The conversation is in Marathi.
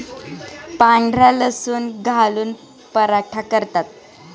पांढरा लसूण घालून पराठा करतात